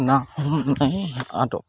ना हमनाय आदब